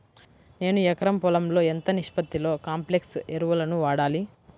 నేను ఎకరం పొలంలో ఎంత నిష్పత్తిలో కాంప్లెక్స్ ఎరువులను వాడాలి?